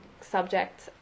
subject